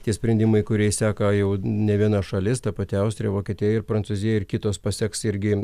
tie sprendimai kuriais seka jau nė viena šalis ta pati austrija vokietija ir prancūzija ir kitos paseks irgi